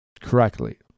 correctly